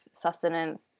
sustenance